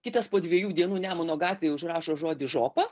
kitas po dviejų dienų nemuno gatvėje užrašo žodį žopa